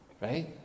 right